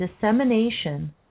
dissemination